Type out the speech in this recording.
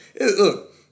look